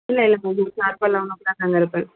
இல்லை இல்லை மேம் ஷார்ப்பாக லெவன் ஓ க்ளாக் அங்கே இருப்பேன்